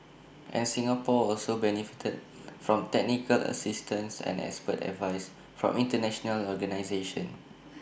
and Singapore also benefited from technical assistance and expert advice from International organisations